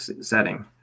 setting